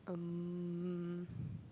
um